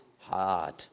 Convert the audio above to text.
Hard